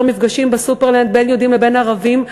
מפגשים ב"סופרלנד" בין יהודים לבין ערבים.